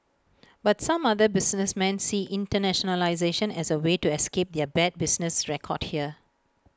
but some other businessmen see internationalisation as A way to escape their bad business record here